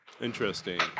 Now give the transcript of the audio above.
Interesting